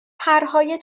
پرهای